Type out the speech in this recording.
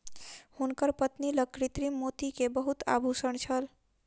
हुनकर पत्नी लग कृत्रिम मोती के बहुत आभूषण छल